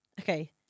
Okay